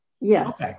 Yes